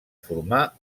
formar